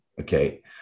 okay